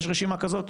יש רשימה כזאת?